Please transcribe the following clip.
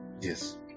Yes